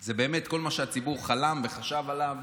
זה באמת כל מה שהציבור חלם וחשב עליו.